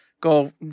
go